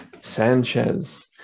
Sanchez